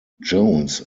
jones